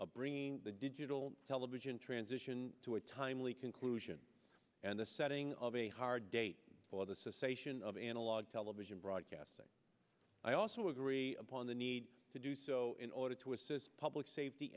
of bringing the digital television transition to a timely conclusion and the setting of a hard date for the secession of analog television broadcasting i also agree upon the need to do so in order to assist public safety